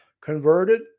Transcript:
converted